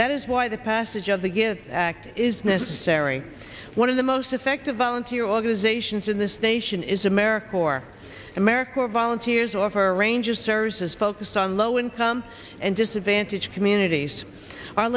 that is why the passage of the give act is necessary one of the most effective volunteer organizations in this nation is america for america volunteers offer a range of services focused on low income and disadvantaged communities